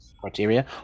criteria